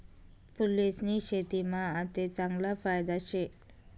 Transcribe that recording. फूलेस्नी शेतीमा आते चांगला फायदा शे